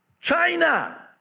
China